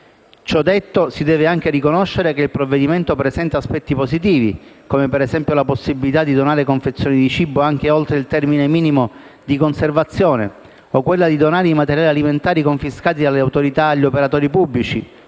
Ciò detto, si deve anche riconoscere che il provvedimento presenta aspetti positivi, come per esempio la possibilità di donare confezioni di cibo anche oltre il termine minimo di conservazione, o quella di donare i materiali alimentari confiscati dalle autorità agli operatori pubblici